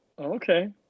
Okay